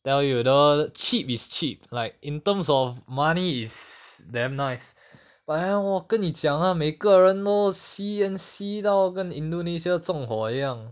tell you that one cheap is cheap like in terms of money is damn nice but then !wah! 跟你讲 ah 每个人都吸 and 吸到跟 indonesia 重火一样